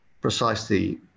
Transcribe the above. precisely